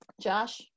Josh